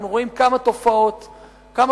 אנחנו רואים כמה תופעות קשות,